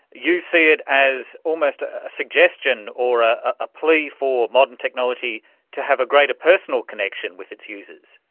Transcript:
you see it as almost a a suggestion or ah a plea for modern technology to have a greater personal connection with its users?